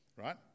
right